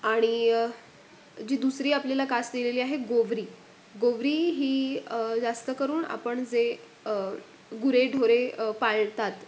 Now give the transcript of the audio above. आणि जी दुसरी आपल्याला कास दिलेली आहे गोवरी गोवरी ही जास्त करून आपण जे गुरेढोरे पाळतात